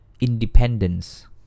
independence